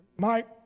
Mike